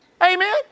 Amen